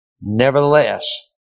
nevertheless